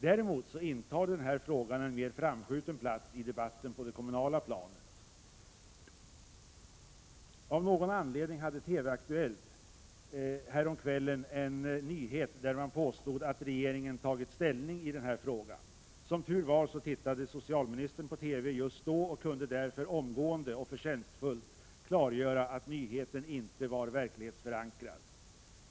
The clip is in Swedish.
Däremot intar den här frågan en mer framskjuten plats i debatten på det kommunala planet. Av någon anledning hade TV-Aktuellt häromkvällen en nyhet där man påstod att regeringen tagit ställning. Som tur var tittade socialministern på TV just då och kunde därför omgående och förtjänstfullt klargöra att nyheten inte var verklighetsförankrad.